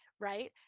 Right